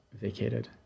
vacated